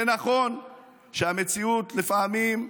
זה נכון שהמציאות לפעמים,